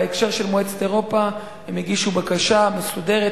בהקשר של מועצת אירופה הם הגישו בקשה מסודרת,